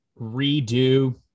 redo